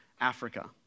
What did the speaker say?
africa